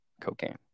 cocaine